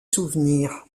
souvenir